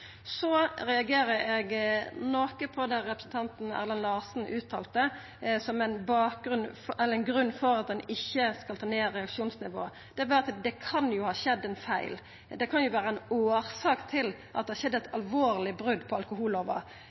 Så reagerer eg noko på det representanten Erlend Larsen uttalte som ein grunn til at ein ikkje skal ta ned reaksjonsnivået – at det kan ha skjedd ein feil, det kan vera ei årsak til at det ikkje er eit alvorleg brot på alkohollova.